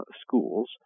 schools